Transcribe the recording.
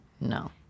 No